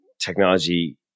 technology